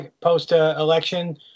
post-election